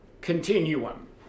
continuum